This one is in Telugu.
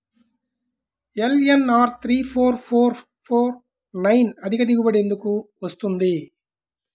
LNR three four four four nine అధిక దిగుబడి ఎందుకు వస్తుంది?